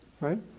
right